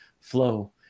flow